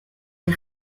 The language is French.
les